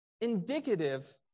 indicative